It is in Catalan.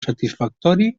satisfactori